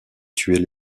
tuer